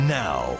now